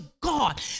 God